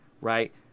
right